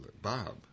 Bob